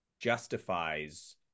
justifies